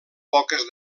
poques